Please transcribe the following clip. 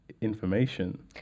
information